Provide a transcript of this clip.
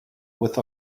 with